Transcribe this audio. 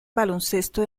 baloncesto